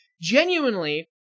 genuinely